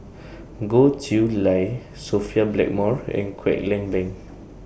Goh Chiew Lye Sophia Blackmore and Kwek Leng Beng